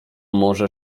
może